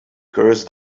curse